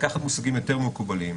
לקחת מושגים יותר מקובלים,